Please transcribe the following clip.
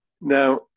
Now